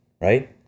Right